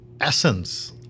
essence